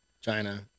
china